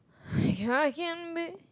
I can be